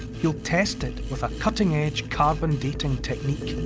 he'll test it with a cutting-edge carbon-dating technique.